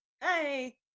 Hey